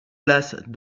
place